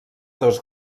dos